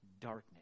darkness